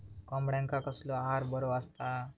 कोंबड्यांका कसलो आहार बरो असता?